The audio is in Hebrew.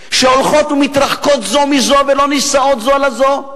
שהולכות ומתרחקות זו ומזו, ולא נישאות זו לזו.